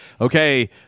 okay